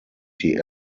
die